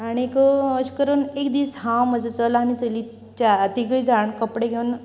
आनीक अशें करून एक दीस हांव म्हजो चलो आनी चली ज्या तिगय जाण कपडे घेवन